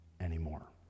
anymore